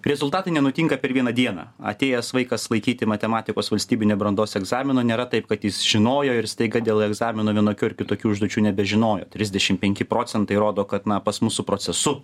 rezultatai nenutinka per vieną dieną atėjęs vaikas laikyti matematikos valstybinį brandos egzamino nėra taip kad jis žinojo ir staiga dėl egzamino vienokių ar kitokių užduočių nebežinojo trisdešim penki procentai rodo kad na pas mus su procesu